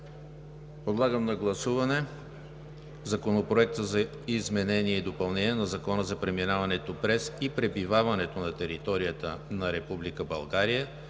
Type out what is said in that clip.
Подлагам на гласуване Законопроект за изменение и допълнение на Закона за преминаването през и пребиваването на територията на Република